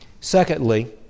Secondly